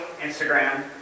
Instagram